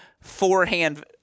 forehand